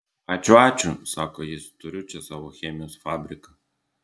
ačiū ačiū sako jis turiu čia savo chemijos fabriką